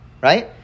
right